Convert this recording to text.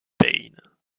payne